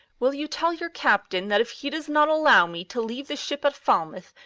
will you tell your captain that if he does not allow me to leave the ship at falmouth,